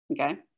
okay